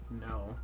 no